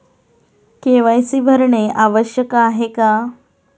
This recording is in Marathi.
के.वाय.सी भरणे आवश्यक आहे का?